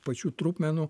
pačių trupmenų